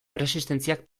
erresistentziak